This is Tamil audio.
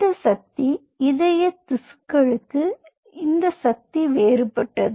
இந்த சக்தி இருதய திசுக்களுக்கு இந்த சக்தி வேறுபட்டது